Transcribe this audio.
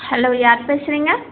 hello யார் பேசுகிறிங்க